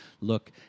look